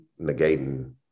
negating